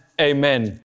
amen